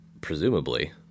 presumably